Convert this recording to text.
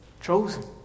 Chosen